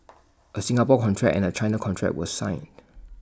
A Singapore contract and A China contract were signed